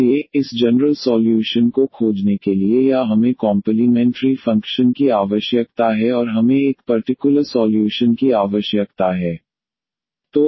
इसलिए इस general solution को खोजने के लिए या हमें कॉम्पलीमेंट्री फंक्शन की आवश्यकता है और हमें एक पर्टिकुलर सॉल्यूशन की आवश्यकता है